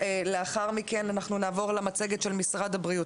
ולאחר מכן אנחנו נעבור למצגת של משרד הבריאות,